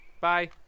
Bye